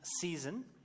season